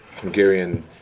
Hungarian